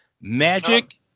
Magic